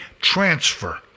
transfer